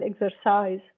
exercise